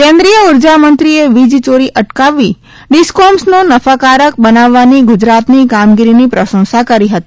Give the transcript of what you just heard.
કેન્દ્રીય ઉર્જામંત્રીએ વીજયોરી અટકાવવી ડિસકોમ્સ નો નફાકારક બનાવવાની ગુજરાતની કામગીરીની પ્રસંશા કરી હતી